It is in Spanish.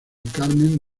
carmen